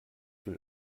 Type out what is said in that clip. will